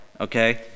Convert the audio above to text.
okay